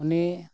ᱩᱱᱤ